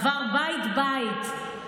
עבר בית-בית,